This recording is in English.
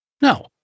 No